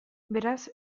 beraz